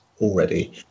already